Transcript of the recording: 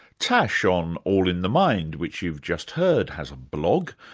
tash on all in the mind which you've just heard, has a blog,